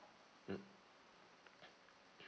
mm